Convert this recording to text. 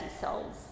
souls